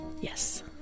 Yes